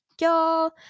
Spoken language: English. y'all